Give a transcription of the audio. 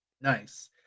Nice